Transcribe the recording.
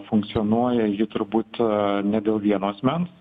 funkcionuoja ji turbūt ne dėl vieno asmens